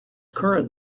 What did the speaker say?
current